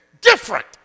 different